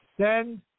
send